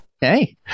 Hey